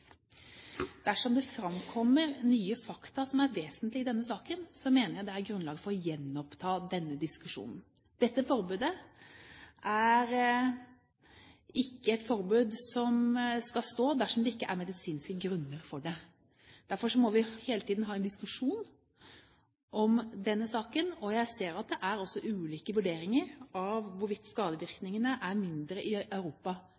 Dersom det framkommer nye fakta som er vesentlige i denne saken, mener jeg det er grunnlag for å gjenoppta denne diskusjonen. Dette forbudet er ikke et forbud som skal stå, dersom det ikke er medisinske grunner for det. Derfor må vi hele tiden ha en diskusjon om denne saken, og jeg ser at det også er ulike vurderinger av hvorvidt skadevirkningene er mindre i Europa